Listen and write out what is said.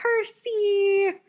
Percy